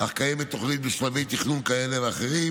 אך קיימת תוכנית בשלבי תכנון כאלה ואחרים,